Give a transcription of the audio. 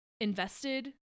invested